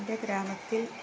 എൻ്റെ ഗ്രാമത്തിൽ